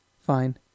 fine